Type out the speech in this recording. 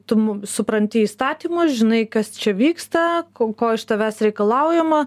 tu supranti įstatymus žinai kas čia vyksta ko ko iš tavęs reikalaujama